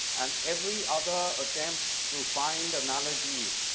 and every other attempt to find analogies,